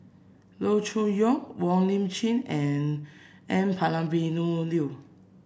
Loo Choon Yong Wong Lip Chin and N Palanivelu